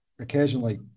occasionally